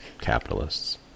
capitalists